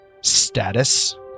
status